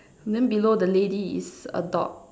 then below the lady is a dog